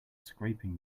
scraping